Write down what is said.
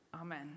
Amen